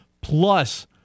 Plus